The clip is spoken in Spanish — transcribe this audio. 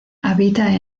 habita